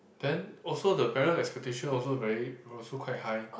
then also the parent expectation also very also quite high